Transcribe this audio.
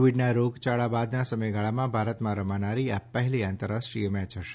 કોવિડનાં રોગયાળા બાદનાં સમયગાળામાં ભારતમાં રમાનારી આ પહેલી આંતરરાષ્ટ્રીય મેચ હશે